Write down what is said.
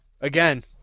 again